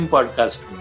Podcast